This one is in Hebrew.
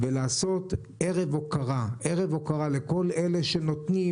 ולעשות ערב הוקרה לכל אלה שנותנים,